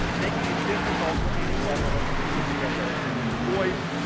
making it difficult for any federalist even to get their opinions voiced.